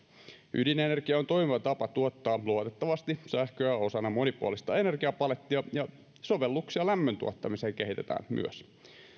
ydinenergia on toimiva tapa tuottaa luotettavasti sähköä osana monipuolista energiapalettia ja sovelluksia lämmöntuottamiseen kehitetään myös